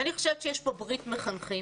אני חושבת שיש פה ברית מחנכים,